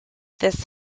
this